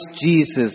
Jesus